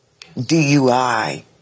DUI